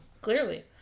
clearly